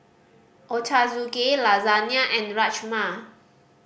Ochazuke Lasagna and Rajma